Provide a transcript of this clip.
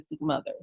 mothers